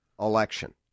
election